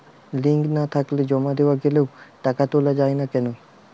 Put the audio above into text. Link না থাকলে জমা দেওয়া গেলেও টাকা তোলা য়ায় না কেন?